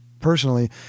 personally